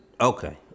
Okay